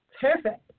Perfect